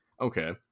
okay